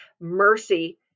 Mercy